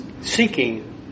seeking